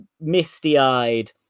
misty-eyed